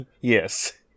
Yes